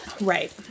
Right